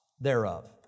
thereof